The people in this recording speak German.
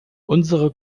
unsere